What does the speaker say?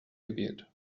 gewählt